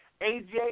AJ